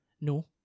No